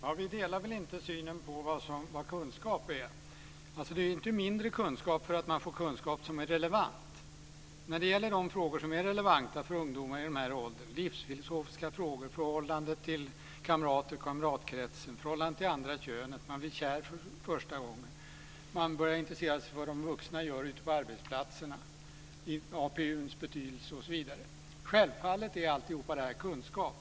Fru talman! Vi delar inte synen på vad kunskap är. Det är inte mindre kunskap för att man får kunskap som är relevant. Det gäller de frågor som är relevanta för ungdomar i den här åldern. Det gäller livsfilosofiska frågor, förhållandet till kamrater och kamratkretsen, förhållandet till andra könet, att man blir kär för första gången, att man börjar intressera sig för vad de vuxna gör på arbetsplatserna, APU:ns betydelse osv. Självfallet är alltihop detta kunskap.